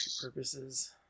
purposes